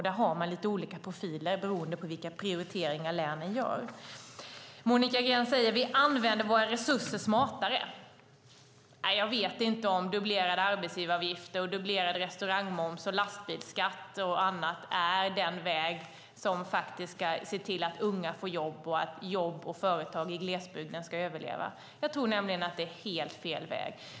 Där har man lite olika profiler beroende på vilka prioriteringar länen gör. Monica Green säger: Vi använder våra resurser smartare. Jag vet inte om dubblerade arbetsgivaravgifter, dubblerad restaurangmoms, lastbilsskatt och annat är den väg som man ska gå för att se till att unga får jobb och att företag i glesbygden ska överleva. Jag tror nämligen att det är helt fel väg.